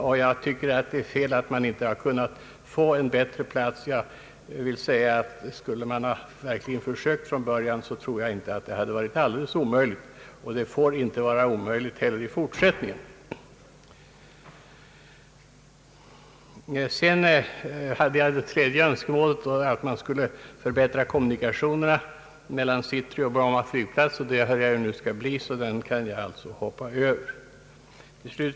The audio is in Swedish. Det är otillfredsställande att man inte har kunnat ordna en bättre plats tidigare. Om man verkligen försökt från början att ordna saken, skulle det inte ha varit lättare, och det får inte heller vara omöjligt i fortsättningen. Vidare var det ett tredje önskemål jag skulle velat nämna, nämligen att man skulle förbättra kommunikationerna mellan city och Bromma flygplats, men jag har nu hört att det skall ordnas inom kort.